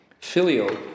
Filial